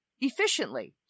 efficiently